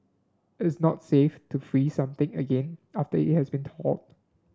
it is not safe to freeze something again after it has been thawed